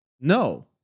no